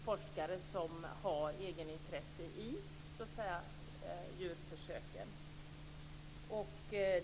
Fru talman!